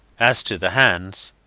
as to the hands,